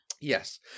Yes